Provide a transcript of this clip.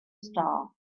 star